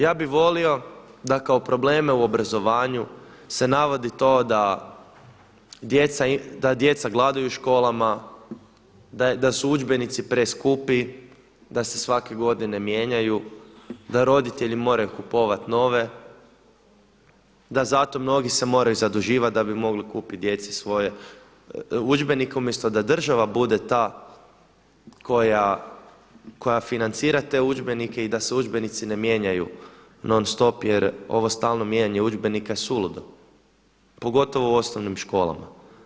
Ja bih volio da kao probleme u obrazovanju se navodi to da djeca gladuju u školama, da su udžbenici preskupi, da se svake godine mijenjaju, da roditelji moraju kupovati nove, da zato mnogi se moraju zaduživati da bi mogli kupiti djeci udžbenike umjesto da država bude ta koja financira te udžbenike i da se udžbenici mijenjaju non stop jer ovo stalno mijenjanje udžbenika je suludo, pogotovo u osnovnim školama.